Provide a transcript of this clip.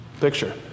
picture